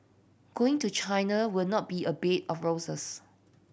going to China will not be a bed of roses